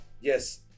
yes